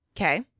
Okay